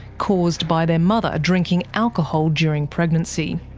caused by their mother drinking alcohol during pregnancy.